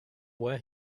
where